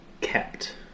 kept